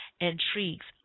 intrigues